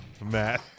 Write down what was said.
Matt